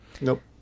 Nope